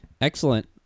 excellent